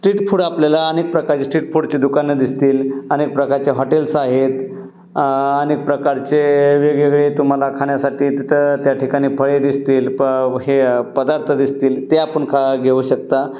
street food आपल्याला अनेक प्रकारचे स्ट्रीटफूडची दुकानं दिसतील अनेक प्रकारचे हॉटेल्स आहेत अनेक प्रकारचे वेगवेगळे तुम्हाला खाण्यासाठी तिथं त्या ठिकाणी फळे दिसतील प हे पदार्थ दिसतील ते आपण खा घेऊ शकता